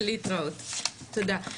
תודה.